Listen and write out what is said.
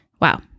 wow